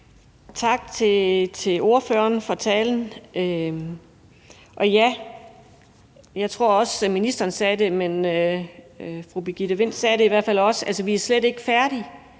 Tak til ordføreren for talen. Jeg tror, ministeren sagde det, men fru Birgitte Vind sagde det i hvert fald også, nemlig at vi slet ikke er færdige